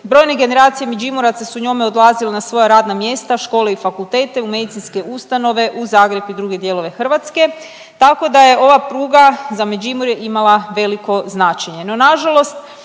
Brojne generacije Međimuraca su njome odlazila na svoja radna mjesta, škole i fakultete, u medicinske ustanove u Zagreb i druge dijelove Hrvatske, tako da je ova pruga za Međimurje imala veliko značenje.